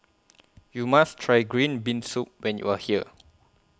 YOU must Try Green Bean Soup when YOU Are here